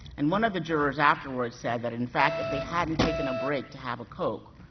and one of the jurors afterwards, said that in fact, if they hadn't taken a break to have a coke,